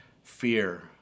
fear